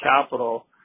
capital